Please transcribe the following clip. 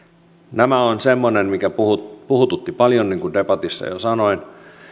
ovat semmoinen mikä puhututti puhututti paljon niin kuin debatissa jo sanoin